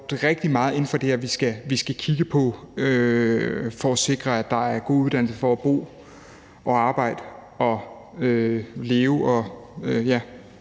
vi skal kigge på for at sikre, at der er gode muligheder for at bo og arbejde og leve